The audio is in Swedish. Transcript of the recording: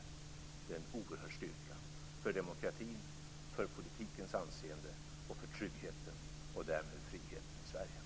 Det är en oerhörd styrka för demokratin, för politikens anseende och för tryggheten och friheten i